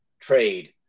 trade